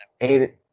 Eight